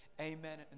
amen